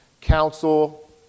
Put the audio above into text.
council